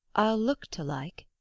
i'll look to like,